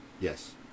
Yes